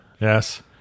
Yes